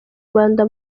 rwanda